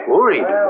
Worried